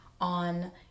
on